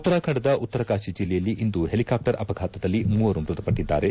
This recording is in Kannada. ಉತ್ತರಾಖಂಡದ ಉತ್ತರಕಾಶಿ ಜಿಲ್ಲೆಯಲ್ಲಿ ಇಂದು ಹೆಲಿಕಾಪ್ಟರ್ ಅಪಘಾತದಲ್ಲಿ ಮೂವರು ಮೃತಪಟ್ಟಿದ್ದಾರೆ